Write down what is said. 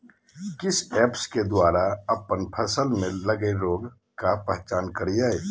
किस ऐप्स के द्वारा अप्पन फसल में लगे रोग का पहचान करिय?